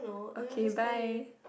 okay bye